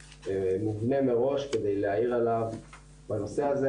מובנה מראש כדי להעיר עליו בנושא הזה,